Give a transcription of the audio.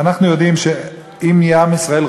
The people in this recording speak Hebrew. אנחנו יודעים שאם עם ישראל,